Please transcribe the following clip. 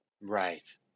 right